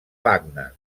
wagner